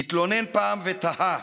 התלונן פעם ותהה: